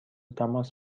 تماس